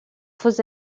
faux